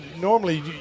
normally